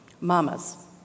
Mamas